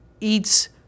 eats